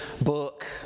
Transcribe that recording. book